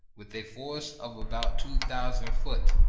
with a force of about two thousand foot,